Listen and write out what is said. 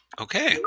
Okay